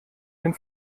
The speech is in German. den